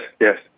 yes